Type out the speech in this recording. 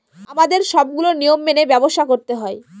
আমাদের সবগুলো নিয়ম মেনে ব্যবসা করতে হয়